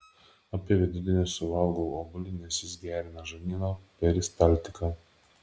apie vidudienį suvalgau obuolį nes jis gerina žarnyno peristaltiką